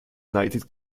united